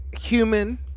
Human